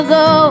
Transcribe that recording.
go